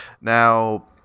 Now